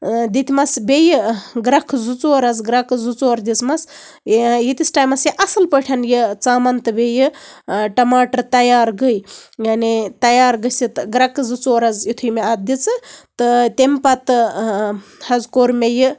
دِتۍ مَس بیٚیہِ گرٮ۪کھ زٕ ژور حظ گرٮ۪کہٕ زٕ ژور حظ دِژٕمَس ییٖتِس ٹایمَس یہِ اَصٕل پٲٹھۍ یہِ ژامَن تہٕ بیٚیہِ ٹَماٹر تَیار گے یعنی تَیار گٔژھِتھ گرٮ۪کہٕ زٕ ژور حظ یِتھُے مےٚ اَتھ دِژٕ تہٕ تَمہِ پَتہٕ حظ کوٚر مےٚ یہِ